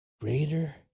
greater